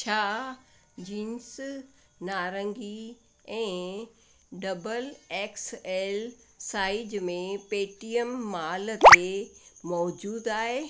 छा जींस नारंगी ऐं डबल एक्स एल साइज में पेटीएम माल ते मौजूदु आहे